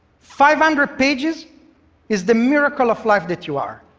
five hundred pages is the miracle of life that you are.